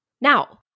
Now